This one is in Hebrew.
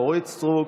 אורית מלכה סטרוק,